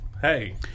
Hey